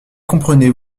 comprenez